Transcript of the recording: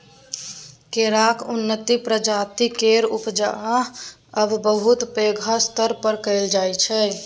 केराक उन्नत प्रजाति केर उपजा आब बहुत पैघ स्तर पर कएल जाइ छै